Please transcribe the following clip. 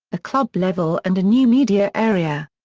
a club level and a new media area.